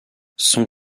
son